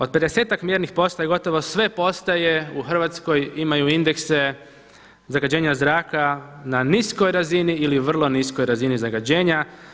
Od pedesetak mjernih postaja gotovo sve postaje u Hrvatskoj imaju indekse zagađenja zraka na niskoj razini ili vrlo niskoj razini zagađenja.